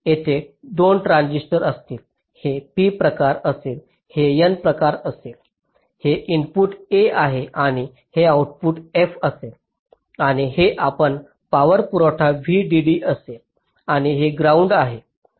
येथे 2 ट्रान्झिस्टर असतील हे p प्रकार असेल हे n प्रकार असेल हे इनपुट A आहेत आणि हे आउटपुट f असेल आणि हे आपला पावर पुरवठा VDD असेल आणि हे ग्राउंड आहे